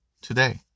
Today